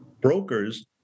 brokers